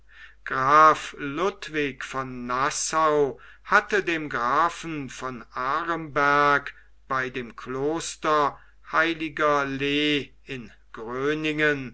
graf ludwig von nassau hatte dem grafen von aremberg bei dem kloster heiligerlee in gröningen